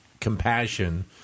compassion